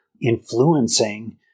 influencing